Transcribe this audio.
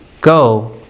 go